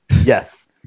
Yes